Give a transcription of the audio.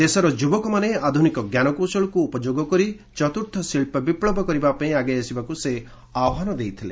ଦେଶର ଯୁବକମାନେ ଆଧୁନିକ ଜ୍ଞାନ କୌଶଳକୁ ଉପଯୋଗ କରି ଚତୁର୍ଥ ଶିଳ୍ପ ବିପ୍ଲବ କରିବା ପାଇଁ ଆଗେଇ ଆସିବାକୁ ସେ ଆହ୍ୱାନ କରିଥିଲେ